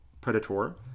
predator